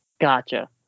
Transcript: Gotcha